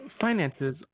finances